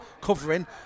covering